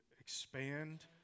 expand